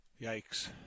Yikes